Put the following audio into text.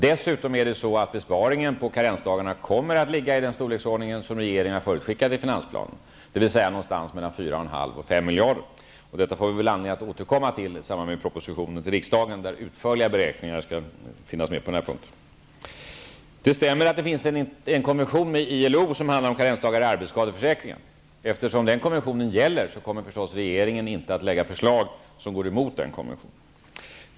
Dessutom kommer besparingen på karensdagarna att vara av den storleksordningen som regeringen förutskickade i finansplanen, dvs. någonstans mellan 4,5 och 5 miljarder. Detta får vi anledning att återkomma till i samband med att propositionen med utförliga beräkningar överlämnas till riksdagen. Det stämmer att det finns en konvention inom ILO som handlar om karensdagar i arbetskadeförsäkringen. Eftersom den konventionen gäller, kommer naturligtvis inte regeringen att lägga fram förslag som går emot konventionen.